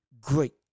great